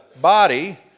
body